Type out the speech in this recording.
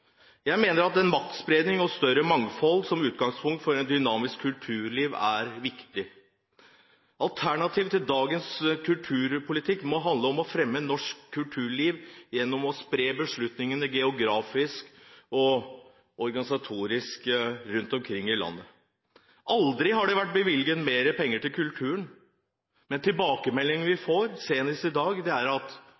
Jeg mener at maktspredning og større mangfold som utgangspunkt for et dynamisk kulturliv er viktig. Alternativet til dagens kulturpolitikk må handle om å fremme norsk kulturliv gjennom å spre beslutningene geografisk og organisatorisk rundt omkring i landet. Aldri har det vært bevilget mer penger til kulturen, men tilbakemeldingene vi